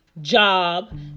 job